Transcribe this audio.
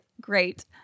Great